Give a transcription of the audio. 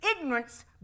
ignorance